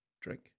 drink